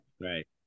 Right